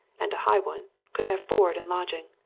and a high one, could have board and lodging.